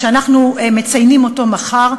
שאנחנו מציינים אותו מחר,